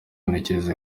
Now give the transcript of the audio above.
ntekereza